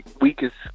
weakest